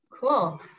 Cool